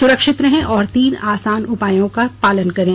सुरक्षित रहें और तीन आसान उपायों का पालन करें